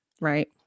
right